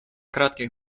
кратких